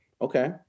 okay